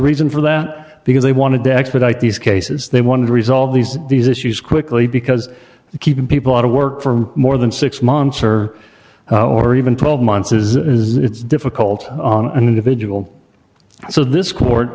reason for that because they wanted to expedite these cases they want to resolve these these issues quickly because keeping people out of work for more than six months or or even twelve months is that it's difficult on an individual so this court